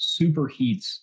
superheats